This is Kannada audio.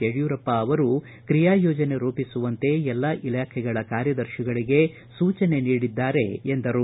ಯಡಿಯೂರಪ್ಪ ಅವರು ಕ್ರಿಯಾ ಯೋಜನೆ ರೂಪಿಸುವಂತೆ ಎಲ್ಲಾ ಇಲಾಖೆಗಳ ಕಾರ್ಯದರ್ಶಿಗಳಿಗೆ ಸೂಚನೆ ನೀಡಿದ್ದಾರೆ ಎಂದರು